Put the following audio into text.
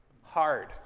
hard